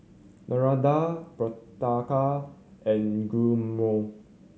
Maranda Patrica and Guillermo